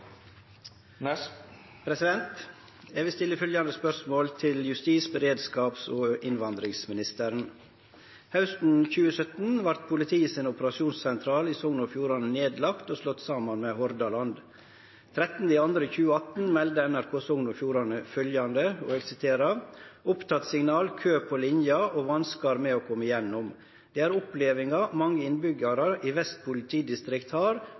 2017 vart politiet sin operasjonssentral i Sogn og Fjordane nedlagt og slått saman med Hordaland. 13. februar 2017 melder NRK Sogn og Fjordane fylgjande: «Opptattsignal, kø på linja og vanskar med å kome gjennom. Det er opplevinga mange innbyggjarar i Vest politidistrikt har